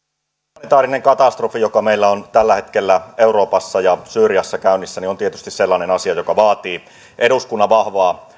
humanitaarinen katastrofi joka meillä on tällä hetkellä euroopassa ja syyriassa käynnissä on tietysti sellainen asia joka vaatii eduskunnan vahvaa